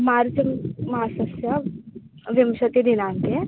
मार्च् मासस्य विंशतिदिनाङ्के